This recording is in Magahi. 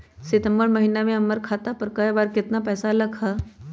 सितम्बर महीना में हमर खाता पर कय बार बार और केतना केतना पैसा अयलक ह?